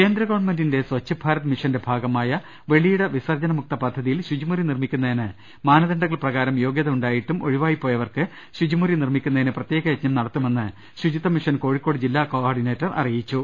കേന്ദ്ര ഗവൺമെന്റിന്റെ സ്ച്ഛ്ഭാരത് മിഷന്റെ ഭാഗമായ വെളിയിട വിസർജ്ജനമുക്ത പദ്ധതിയിൽ ശുചിമുറി നിർമ്മിക്കുന്നതിന് മാനദ ണ്ഡങ്ങൾ പ്രകാരം യോഗൃത ഉണ്ടായിട്ടും ഒഴിവായി പോയവർക്ക് ശുചിമുറി നിർമ്മിക്കുന്നതിന് പ്രത്യേക യജ്ഞം നടത്തുമെന്ന് ശുചി ത്വമിഷൻ കോഴിക്കോട് ജില്ലാ കോർഡിനേറ്റർ അറിയിച്ചു